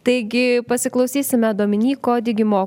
taigi pasiklausysime dominyko digimo